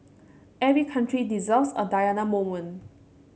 every country deserves a Diana moment